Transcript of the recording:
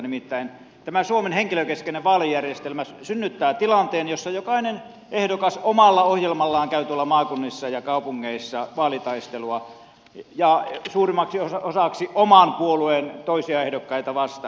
nimittäin tämä suomen henkilökeskeinen vaalijärjestelmä synnyttää tilanteen jossa jokainen ehdokas omalla ohjelmallaan käy tuolla maakunnissa ja kaupungeissa vaalitaistelua ja suurimmaksi osaksi oman puolueen toisia ehdokkaita vastaan